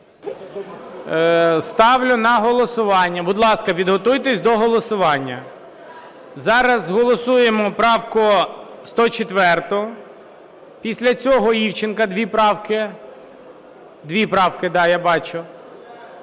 Ставлю на голосування. Будь ласка, підготуйтесь до голосування. Зараз голосуємо правку 104, після цього – Івченка дві правки. Дві правки, да, я бачу.